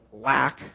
lack